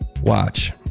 Watch